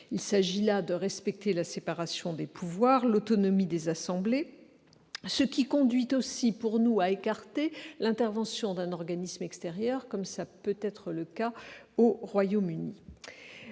Il s'agit là de respecter la séparation des pouvoirs et l'autonomie des assemblées, ce qui conduit également, selon nous, à écarter l'intervention d'un organisme extérieur comme au Royaume-Uni.